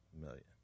million